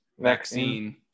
vaccine